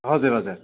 हजुर हजुर